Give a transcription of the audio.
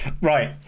Right